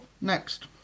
next